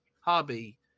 hobby